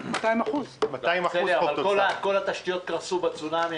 ביפן כל התשתיות קרסו בצונאמי,